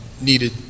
needed